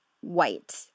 white